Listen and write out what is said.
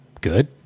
good